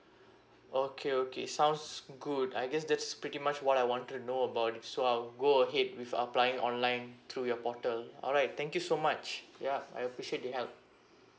okay okay sounds good I guess that's pretty much what I wanted to know about it so I'll go ahead with applying online through your portal alright thank you so much ya I appreciate your help